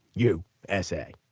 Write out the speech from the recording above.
you s a.